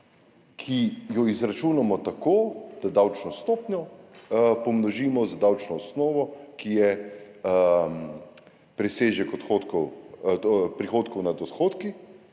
ki jo izračunamo tako, da davčno stopnjo pomnožimo z davčno osnovo, ki je presežek prihodkov nad odhodki,